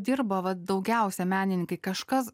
dirba va daugiausia menininkai kažkas